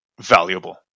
valuable